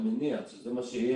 אני מניח שזה מה שיהיה.